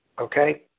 okay